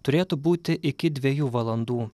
turėtų būti iki dviejų valandų